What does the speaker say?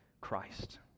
Christ